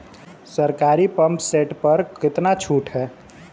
सरकारी pump set प कितना छूट हैं?